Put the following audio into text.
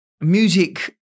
music